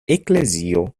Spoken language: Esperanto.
eklezio